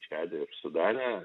čade ir sudane